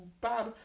bad